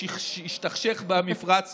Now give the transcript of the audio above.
השתכשך במפרץ